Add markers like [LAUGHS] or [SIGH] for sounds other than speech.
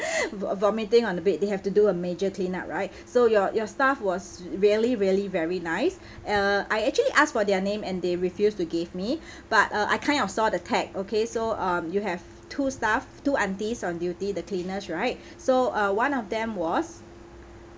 [LAUGHS] vo~ vomiting on the bed they have to do a major cleanup right so your your staff was really really very nice uh I actually asked for their name and they refused to give me [BREATH] but uh I kind of saw the tag okay so um you have two staff two aunties on duty the cleaners right [BREATH] so uh one of them was